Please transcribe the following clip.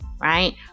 right